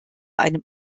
einem